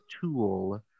tool